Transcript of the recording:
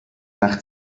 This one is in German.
nach